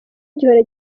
gihora